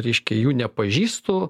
reiškia jų nepažįstu